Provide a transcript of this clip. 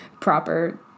proper